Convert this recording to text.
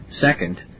Second